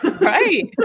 Right